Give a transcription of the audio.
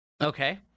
Okay